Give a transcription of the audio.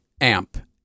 amp